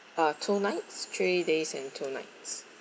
uh two nights three days and two nights